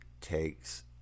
takes